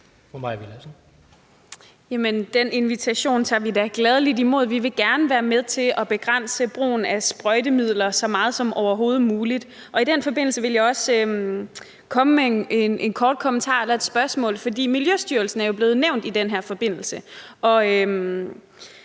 Den invitation tager vi gladelig imod, for vi vil gerne være med til at begrænse brugen af sprøjtemidler så meget som overhovedet muligt. I den forbindelse vil jeg også komme med en kommentar. Miljøstyrelsen er jo blevet nævnt i den her forbindelse,